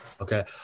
Okay